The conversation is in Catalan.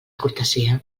cortesia